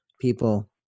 people